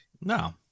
no